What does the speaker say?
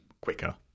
quicker